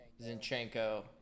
Zinchenko